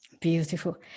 Beautiful